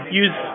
use